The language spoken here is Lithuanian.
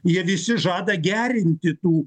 jie visi žada gerinti tų